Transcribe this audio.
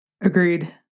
Agreed